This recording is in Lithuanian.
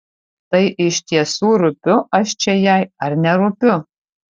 tai iš tiesų rūpiu aš čia jai ar nerūpiu